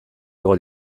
igo